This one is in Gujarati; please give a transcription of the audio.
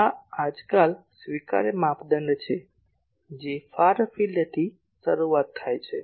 આ આજકાલ સ્વીકાર્ય માપદંડ છે જે ફાર ફિલ્ડથી શરૂ થાય છે